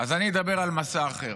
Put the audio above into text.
אז אני אדבר על משא אחר.